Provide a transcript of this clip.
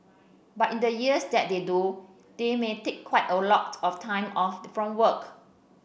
but in the years that they do they may take quite a lot of time off from work